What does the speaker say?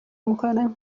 میکنه